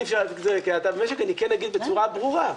לגבי האטה במשק, אני כן אגיד את זה בצורה ברורה.